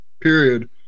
period